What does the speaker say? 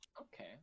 okay